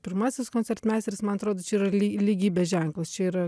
pirmasis koncertmeisteris man atrodo čia yra ly lygybės ženklas čia yra